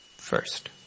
first